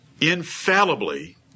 infallibly